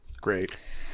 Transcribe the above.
Great